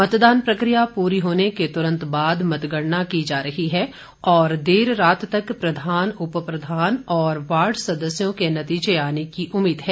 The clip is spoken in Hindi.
मतदान प्रक्रिया पूरी होने के तुरंत बाद मतगणना की जा रही है और देर रात तक प्रधान उपप्रधान और वार्ड सदस्यों के नतीजे आने की उम्मीद है